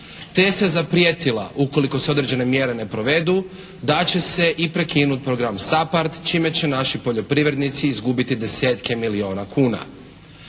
te se zaprijetila ukoliko se određene mjere ne provedu da će se i prekinuti prokram SAPARD čime će naši poljoprivrednici izgubiti desetke milijuna kuna.